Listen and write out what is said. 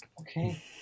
Okay